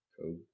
Cool